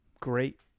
great